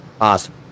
Awesome